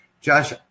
Josh